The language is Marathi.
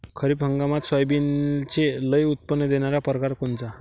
खरीप हंगामात सोयाबीनचे लई उत्पन्न देणारा परकार कोनचा?